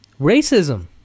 racism